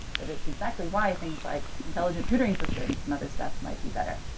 but it's exactly why things like intelligent tutoring systems and other stuff might be better.